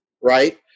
right